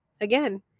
again